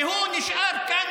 והוא נשאר כאן,